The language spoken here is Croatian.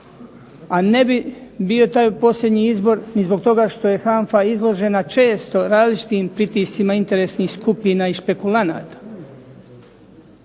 a ne bi bio taj posljednji izbor ni zbog što je HANFA izložena često različitim pritiscima interesnih skupina i špekulanata.